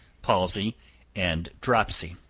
palsy and dropsy.